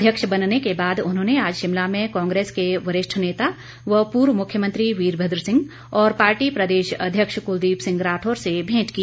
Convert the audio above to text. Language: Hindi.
अध्यक्ष बनने के बाद उन्होंने आज शिमला में कांग्रेस के वरिष्ठ नेता व पूर्व मुख्यमंत्री वीरभद्र सिंह और पार्टी प्रदेश अध्यक्ष कुलदीप सिंह राठौर से भेंट की